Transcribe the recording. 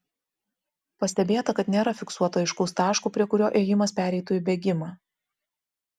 pastebėta kad nėra fiksuoto aiškaus taško prie kurio ėjimas pereitų į bėgimą